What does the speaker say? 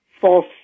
false